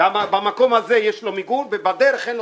במקום הזה יש לו מיגון אבל בדרך לעוטף